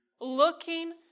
Looking